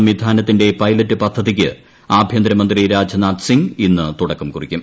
സംവിധാനത്തിന്റെ പൈലറ്റ് പദ്ധതിയ്ക്ക് ആഭൃന്തരമന്ത്രി രാജ്നാഥ് സിംഗ് ഇന്ന് തുടക്കം കുറിക്കും